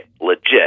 legit